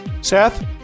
seth